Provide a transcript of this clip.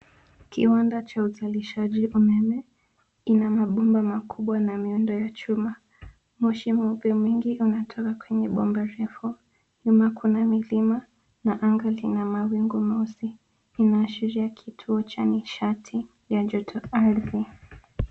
Kiwanda cha uzalishaji umeme. Kina mabomba makubwa na miundo ya chuma. Moshi mweupe mwingi unatoka kwenye bomba refu. Nyuma kuna milima na anga lina mawingu meusi. Inaashiria kituo cha nishati ya joto ardhi.